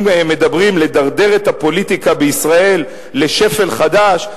אם מדברים על דרדור הפוליטיקה בישראל לשפל חדש,